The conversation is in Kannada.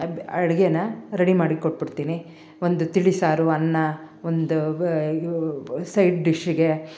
ಅಡಿಗೆನ ರೆಡಿ ಮಾಡಿ ಕೊಟ್ಬಿಡ್ತೀನಿ ಒಂದು ತಿಳಿಸಾರು ಅನ್ನ ಒಂದು ಸೈಡ್ ಡಿಶ್ಶಿಗೆ